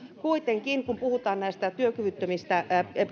kuitenkin kun puhutaan työkyvyttömistä